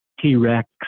T-Rex